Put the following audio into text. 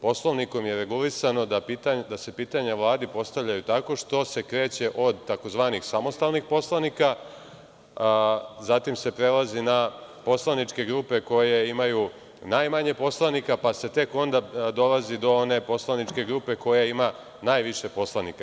Poslovnikom je regulisano da se pitanja Vladi postavljaju tako što se kreće od takozvanih samostalnih poslanika, zatim se prelazi na poslaničke grupe koje imaju najmanje poslanika, pa se tek onda dolazi do one poslaničke grupe koja ima najviše poslanika.